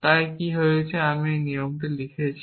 তাই কি হয়েছে আমি এই নিয়মটি নিয়েছি